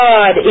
God